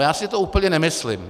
Já si to úplně nemyslím.